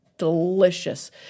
delicious